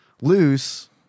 Loose